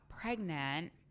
pregnant